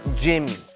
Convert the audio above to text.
Jimmy